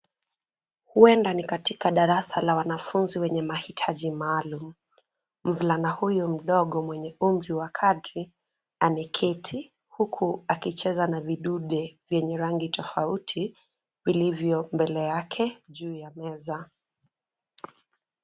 Huenda ni katika darasa la wanafunzi wenye mahitaji maalum. Mvulana huyu mdogo mwenye umri wa kadri, ameketi huku akicheza na vidude vyenye rangi tofauti vilivyo mbele yake juu ya meza.